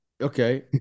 Okay